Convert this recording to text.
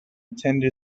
tender